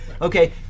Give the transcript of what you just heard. Okay